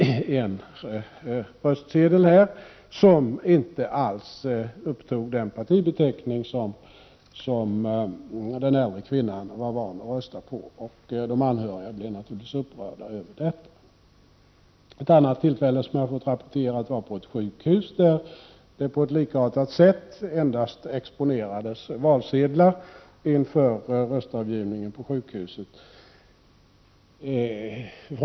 1988/89:41 som inte alls upptog den partibeteckning som den äldre kvinnan var van att 8 december 1988 rösta på. De anhöriga blev naturligtvis upprörda över detta. TEA ISRN TR ste vå Ett annat exempel som jag har fått rapport om gällde ett sjukhus, där det på ett likvärdigt sätt endast exponerades valsedlar från ett partis sida inför röstavgivningen på sjukhuset.